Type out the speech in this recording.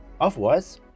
Otherwise